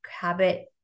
habit